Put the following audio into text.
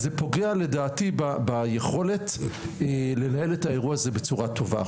אז זה פוגע לדעתי ביכולת לנהל את האירוע הזה בצורה טובה.